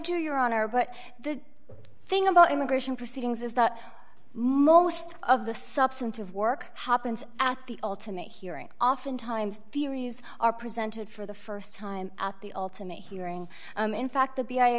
do your honor but the thing about immigration proceedings is that most of the substantive work happens at the ultimate hearing oftentimes theories are presented for the st time at the ultimate hearing in fact the b